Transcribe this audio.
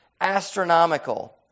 astronomical